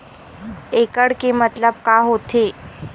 एकड़ के मतलब का होथे?